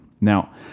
Now